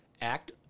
act